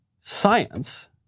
Science